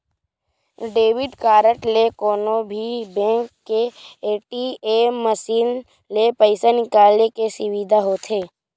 debit card ले कोनो भी बेंक के ए.टी.एम मसीन ले पइसा निकाले के सुबिधा होथे